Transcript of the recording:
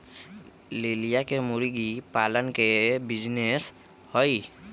लिलिया के मुर्गी पालन के बिजीनेस हई